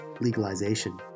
legalization